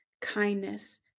kindness